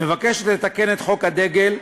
מבקשת לתקן את חוק הדגל,